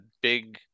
big